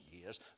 years